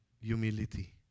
humility